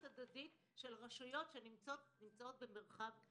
הדדית של רשויות שנמצאות במרחב גיאוגרפי.